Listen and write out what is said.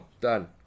Done